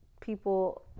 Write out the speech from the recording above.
people